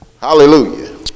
Hallelujah